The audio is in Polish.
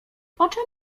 poczem